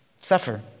Suffer